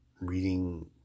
reading